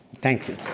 thank